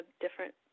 different